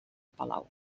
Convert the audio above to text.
palau